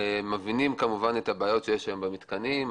אנחנו, כמובן, מבינים את הבעיות שיש היום במתקנים.